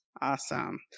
awesome